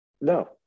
no